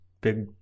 big